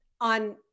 on